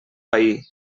pair